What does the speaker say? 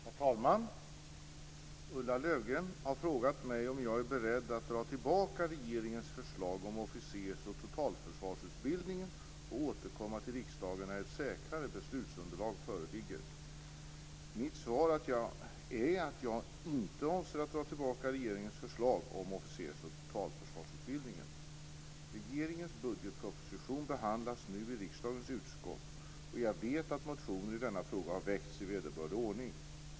Herr talman! Ulla Löfgren har frågat mig om jag är beredd att dra tillbaka regeringens förslag om officers och totalförsvarsutbildningen och återkomma till riksdagen när ett säkrare beslutsunderlag föreligger. Mitt svar är att jag inte avser att dra tillbaka regeringens förslag om officers och totalförsvarsutbildningen. behandlas nu i riksdagens utskott, och jag vet att motioner i denna fråga har väckts i vederbörlig ordning.